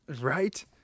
Right